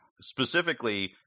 specifically